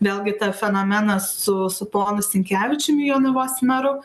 vėlgi tą fenomeną su su ponu sinkevičiumi jonavos meru